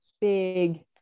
big